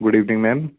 good evening ma'am